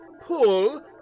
pull